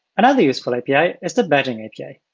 another useful api is the badging api.